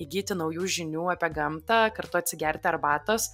įgyti naujų žinių apie gamtą kartu atsigerti arbatos